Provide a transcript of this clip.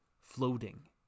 floating